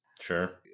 Sure